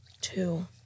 two